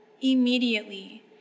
immediately